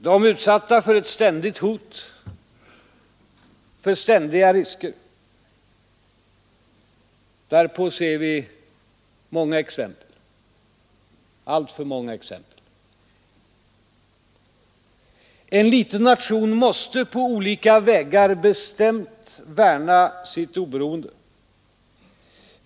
De är utsatta för ett ständigt hot, för ständiga risker. Därpå ser vi många exempel, alltför många. En liten nation måste på olika vägar bestämt värna sitt oberoende.